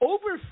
Over